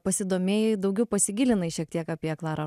pasidomėjai daugiau pasigilinai šiek tiek apie klarą